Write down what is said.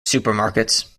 supermarkets